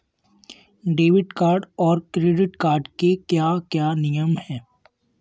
Debit card और credit card के क्या क्या नियम हैं?